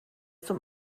zum